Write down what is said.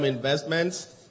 investments